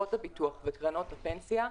חברות הביטוח וקרנות הפנסיה,